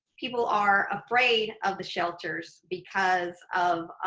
people are afraid of the shelters because um